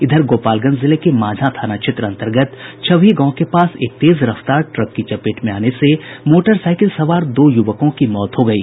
इधर गोपालगंज जिले के मांझा थाना क्षेत्र अंतर्गत छवही गांव के पास एक तेज रफ्तार ट्रक की चपेट में आने से मोटरसाईकिल सवार दो युवकों की मौत हो गयी